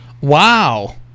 Wow